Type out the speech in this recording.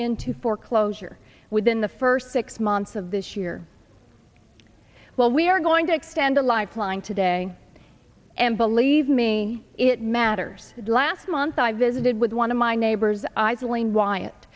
into foreclosure or within the first six months of this year well we are going to extend a lifeline today and believe me it matters last month i visited with one of my neighbors